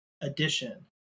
addition